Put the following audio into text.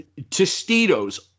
Tostitos